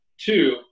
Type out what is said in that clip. two